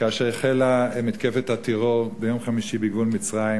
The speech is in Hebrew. כאשר החלה מתקפת הטרור ביום חמישי מגבול מצרים